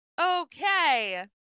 Okay